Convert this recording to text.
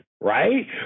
Right